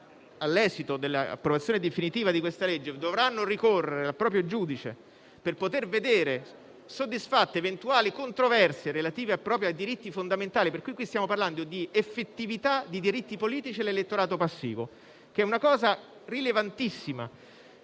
all'esito dell'approvazione definitiva di questa legge, dovranno ricorrere al proprio giudice per vedere soddisfatte eventuali controversie relative a diritti fondamentali - stiamo parlando di effettività di diritti politici e dell'elettorato passivo, che è un tema rilevantissimo